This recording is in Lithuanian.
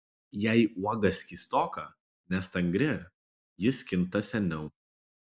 jei uoga skystoka nestangri ji skinta seniau